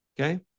Okay